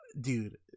dude